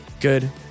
good